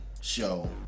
show